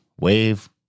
wave